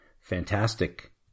fantastic